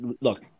look